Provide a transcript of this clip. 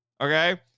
Okay